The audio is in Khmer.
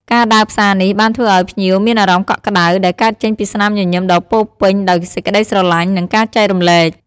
ការដើរផ្សារនេះ បានធ្វើឲ្យភ្ញៀវមានអារម្មណ៍កក់ក្តៅ ដែលកើតចេញពីស្នាមញញឹមដ៏ពោរពេញដោយសេចក្តីស្រលាញ់ និងការចែករំលែក។